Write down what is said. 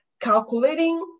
calculating